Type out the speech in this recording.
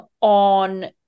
on